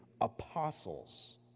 apostles